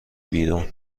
بیرون